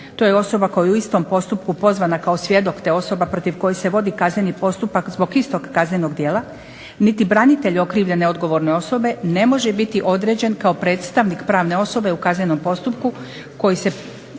to je osoba koja je u istom postupku pozvana kao svjedok te osoba protiv koje se vodi kazneni postupak zbog istog kaznenog djela, niti branitelj okrivljene odgovorne osobe ne može biti određen kao predstavnik pravne osobe u kaznenom postupku koji se